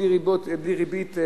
בלי ריבית,